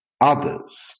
others